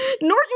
Norton